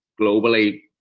globally